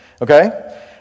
okay